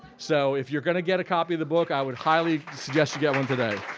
so if you're gonna get a copy of the book, i would highly suggest you get one today.